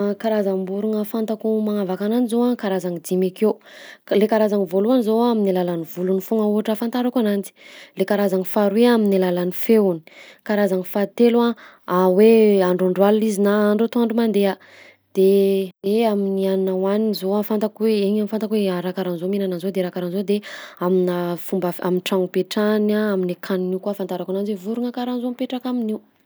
Karazam-borogna fantako magnavaka ananjy zao a karazany dimy akeo: ka- le karazany voalohany zao a amin'nu alalan'ny volona foagna ohatra ohatra ahafantarako ananjy, le karazan'ny faharoy a amin'ny alalan'ny feony, karazany fahatelo a hoe androandro alina izy na andro antoandro mandeha de de amin'ny hanina hohaniny zao a fantako hoe igny fantako hoe a- raha karahan'zao mihinana an'zao de raha karahan'zao de aminà fomba f- am'tragno ipetrahany a amin'ny akaniny io koa ahafantarako ananjy hoe vorogna karahan'zao mipetraka amin'io.